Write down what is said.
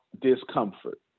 discomfort